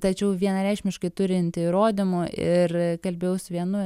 tačiau vienareikšmiškai turinti įrodymų ir kalbėjau su vienu